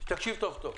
תקשיב היטב,